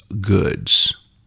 goods